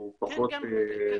הוא פחות רלוונטי.